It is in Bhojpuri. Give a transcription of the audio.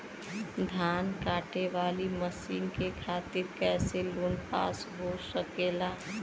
धान कांटेवाली मशीन के खातीर कैसे लोन पास हो सकेला?